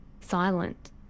silent